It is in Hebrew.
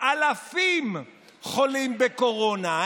אלפים חולים בקורונה.